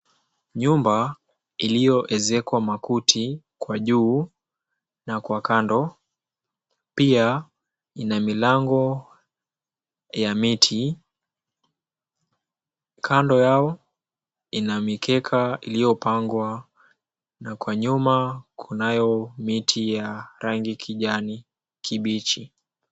Nyumba iliyoezekwa makuti kwa juu na kwa kando, pia ina milango ya miti. kando yao ina mikeka iliyopangwa na kwa nyuma kunayo miti ya rangi kijani kibichi.